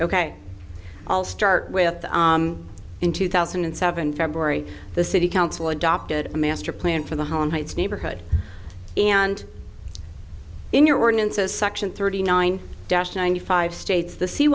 ok i'll start with in two thousand and seven february the city council adopted a master plan for the home heights neighborhood and in your ordinances section thirty nine ninety five states the